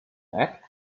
act